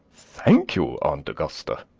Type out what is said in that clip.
thank you, aunt augusta.